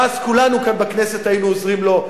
ואז כולנו כאן בכנסת היינו עוזרים לו,